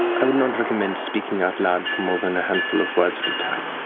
i would not recommend speaking out loud for more than a handful of words at a time.